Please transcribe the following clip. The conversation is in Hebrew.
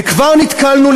וכבר נתקלנו,